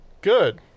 Good